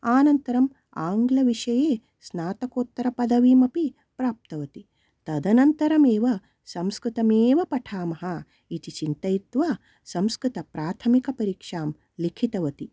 आनन्तरम् आङ्ग्लविषये स्नातकोत्तरपदवीम् अपि प्राप्तवती तदनन्तरम् एव संस्कृतमेव पठामः इति चिन्तयित्वा संस्कृतप्राथमिकपरीक्षां लिखितवती